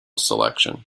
selection